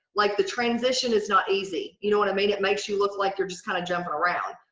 like the transition is not easy. you know what i mean? it makes you look like you're just kind of jumping around.